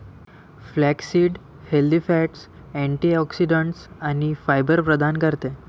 flaxseed healthy fats, antioxidants आणि fibre प्रदान करते